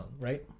right